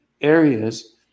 Areas